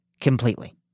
completely